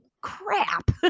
crap